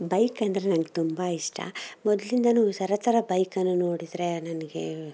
bike ಅಂದರೆ ನನಗ್ ತುಂಬ ಇಷ್ಟ ಮೊದ್ಲಿಂದನೂ ಈ ಥರಥರ ಬೈಕನ್ನು ನೋಡಿದರೆ ನನಗೇ